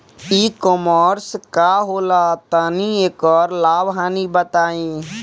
ई कॉमर्स का होला तनि एकर लाभ हानि बताई?